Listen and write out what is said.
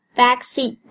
backseat